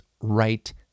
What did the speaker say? right